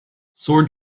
sword